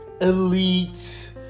elite